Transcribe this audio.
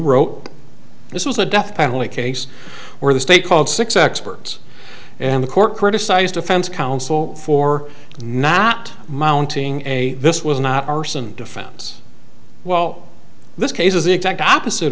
wrote this was a death penalty case where the state called six experts and the court criticized defense counsel for not mounting a this was not arson defense well this case is the exact opposite